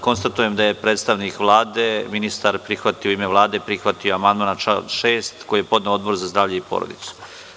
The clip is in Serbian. Konstatujem da je predstavnik Vlade, ministar, prihvatio u ime Vlade amandman na član 6, koji je podneo Odbor za zdravlje i porodicu.